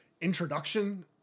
introduction